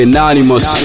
Anonymous